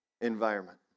environment